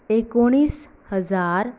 एकुणीस हजार